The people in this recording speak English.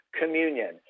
communion